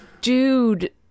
dude